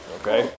okay